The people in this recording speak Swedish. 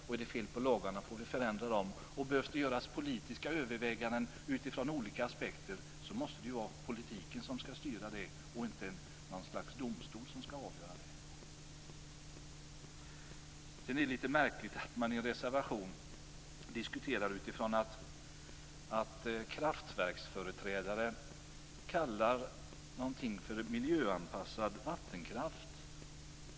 Om det är fel på lagarna skall de förändras. Politiken skall styra de politiska överväganden som skall göras i olika aspekter. Det är inte något slags domstol som skall fälla de avgörandena. Det är litet märkligt att i en reservation diskutera att kraftverksföreträdare kallar någonting för "miljöanpassad vattenkraft".